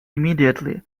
immediately